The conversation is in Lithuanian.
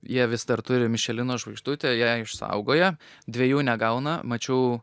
jie vis dar turi mišelino žvaigždutę ją išsaugoję dviejų negauna mačiau